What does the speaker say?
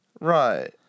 Right